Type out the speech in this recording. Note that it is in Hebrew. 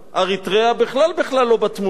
אריתריאה בכלל בכלל לא בתמונה.